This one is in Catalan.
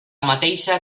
mateixa